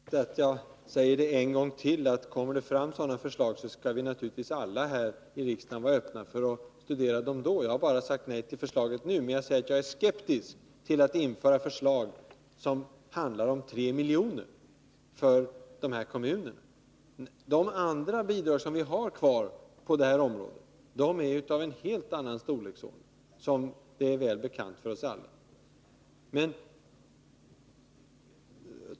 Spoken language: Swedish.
Herr talman! Det är bäst att jag säger det en gång till: Kommer det fram sådana förslag skall vi naturligtvis alla här i kammaren då vara öppna för att studera dem. Jag har bara sagt nej till bidraget nu. Jag har sagt att jag är skeptisk till att införa ett bidrag av den här omfattningen — 3 milj.kr. — för den här kommunen. De andra bidrag som vi har kvar på det här området är av annan storleksordning, något som är väl bekant för oss alla.